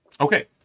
okay